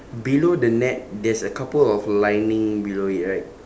below the net there's a couple of lining below it right